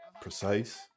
precise